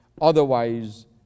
Otherwise